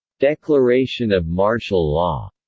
declaration of martial law